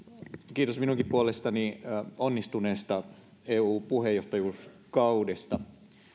kiitos minunkin puolestani onnistuneesta eu puheenjohtajuuskaudesta